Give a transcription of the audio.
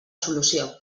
solució